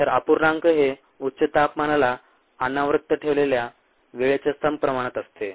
तर अपूर्णांक हे उच्च तापमानाला अनावृत्त ठेवलेल्या वेळेच्या सम प्रमाणात असते